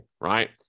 right